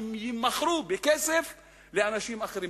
הן יימכרו בכסף לאנשים אחרים.